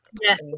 Yes